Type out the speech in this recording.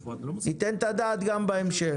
ניתן את הדעת גם בהמשך.